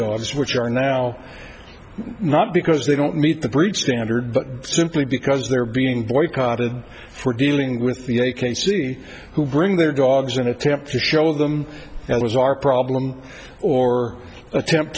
dogs which are now not because they don't meet the breed standard but simply because they're being boycotted for dealing with the k c who bring their dogs in attempt to show them that was our problem or attempt